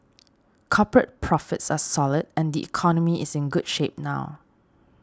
corporate profits are solid and the economy is in good shape now